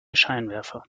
scheinwerfer